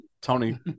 Tony